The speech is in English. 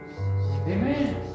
Amen